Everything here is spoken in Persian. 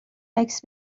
عکس